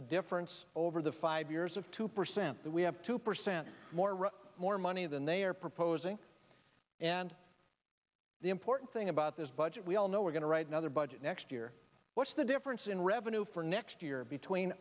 a difference over the five years of two percent that we have two percent more or more money than they are proposing and the important thing about this budget we all know we're going to write another budget next year what's the difference in revenue for next year between